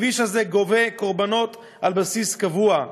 הכביש הזה גובה קורבנות על בסיס קבוע.